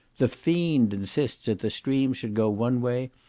the fiend insists that the streams should go one way,